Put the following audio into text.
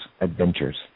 adventures